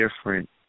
different